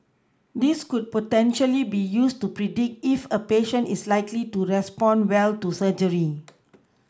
this could potentially be used to predict if a patient is likely to respond well to surgery